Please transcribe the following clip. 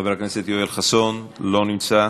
חבר הכנסת יואל חסון, לא נמצא.